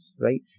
right